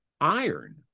iron